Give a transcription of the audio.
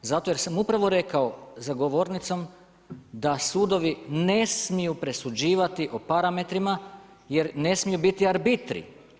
Zato jer sam upravo rekao za govornicom, da sudovi ne smiju presuđivati o parametrima, jer ne smije biti arbitri.